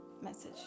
message